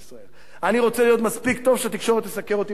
אני רוצה להיות מספיק טוב שהתקשורת תסקר אותי בצורה הוגנת.